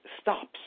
stops